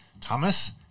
Thomas